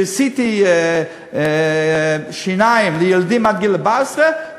כשעשיתי טיפול שיניים לילדים עד גיל 14,